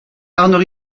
arnaud